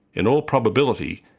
in all probability,